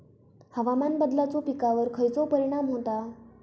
हवामान बदलाचो पिकावर खयचो परिणाम होता?